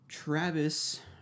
Travis